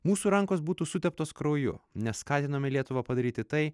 mūsų rankos būtų suteptos krauju nes skatinome lietuvą padaryti tai